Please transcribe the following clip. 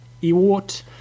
Ewart